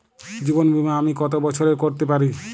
জীবন বীমা আমি কতো বছরের করতে পারি?